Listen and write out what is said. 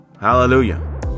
Hallelujah